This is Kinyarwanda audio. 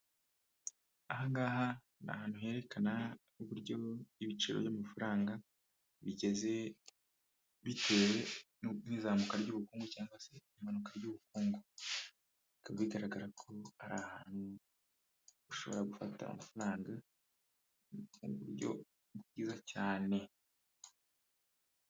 Aha ngaha ni ahantu herekana uburyo ibiciro by'amafaranga bigeze, bitewe n'izamuka ry'ubukungu, cyangwa se impanuka ry'ubukungu. Bikaba bigaragara ko ari ahantu ushobora gufata amafaranga, mu buryo bwiza cyane.